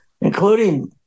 Including